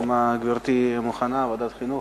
אם גברתי מוכנה, ועדת חינוך.